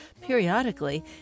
Periodically